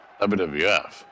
WWF